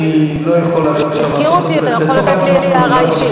אני לא יכול עכשיו, בתוך הדיון.